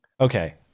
okay